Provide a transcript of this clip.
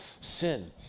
sin